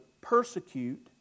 persecute